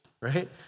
right